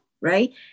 right